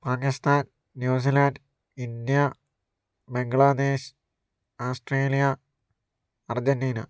Pakistan New Zealand India Bangladesh Australia Argentina